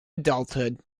adulthood